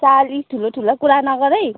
साली ठुलो ठुलो कुरा नगर है